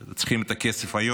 צריכים את הכסף היום,